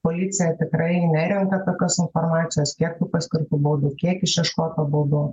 policija tikrai nerenka tokios informacijos kiek tų paskirtų baudų kiek išieškota baudų